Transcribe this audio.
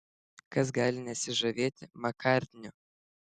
kas gali nesižavėti makartniu